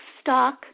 stock